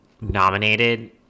nominated